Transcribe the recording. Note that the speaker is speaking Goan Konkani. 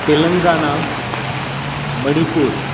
तेलंगाना मणिपूर